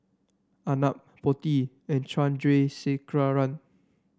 Arnab Potti and Chandrasekaran